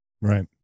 Right